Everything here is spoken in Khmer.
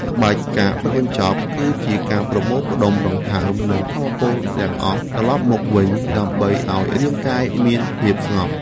ក្បាច់ ការបិទបញ្ចប់ គឺជាការប្រមូលផ្ដុំដង្ហើម និងថាមពលទាំងអស់ត្រឡប់មកវិញ ដើម្បីឱ្យរាងកាយមានភាពស្ងប់។